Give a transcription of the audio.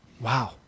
Wow